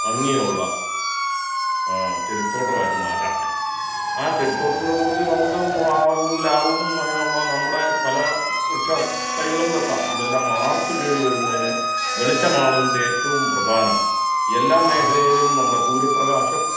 ഭംഗിയുള്ള ചെടിത്തോട്ടമായിട്ട് മാറ്റാം ആ ചെടിത്തോട്ടത്തിൻ്റെ കൂട്ടത്തിൽ നമുക്ക് മാവും പ്ലാവും അങ്ങനെയുള്ള നമ്മുടെ പല വൃക്ഷം തൈകളും വെക്കാം ഇതെല്ലം ആർത്ത് കയറി വരുന്നതിന് വെളിച്ചമാണിതിൻ്റെ ഏറ്റവും പ്രധാനം എല്ലാ മേഖലയിലും നമ്മുടെ സൂര്യ പ്രകാശം